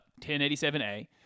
1087A